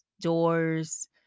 doors